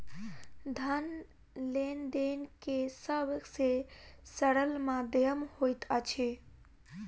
धन लेन देन के सब से सरल माध्यम होइत अछि